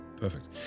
perfect